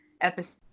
episode